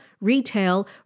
retail